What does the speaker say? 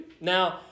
Now